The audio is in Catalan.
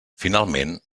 finalment